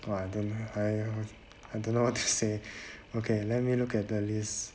!wah! the higher I don't know what to say okay let me look at the list